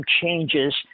changes